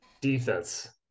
defense